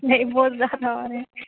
نہیں بہت زیادہ آ رہے ہیں